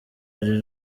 iri